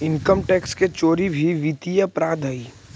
income tax के चोरी भी वित्तीय अपराध हइ